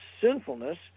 sinfulness